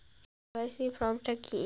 KYC form টা কি?